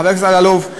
חבר הכנסת אלאלוף,